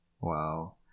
Wow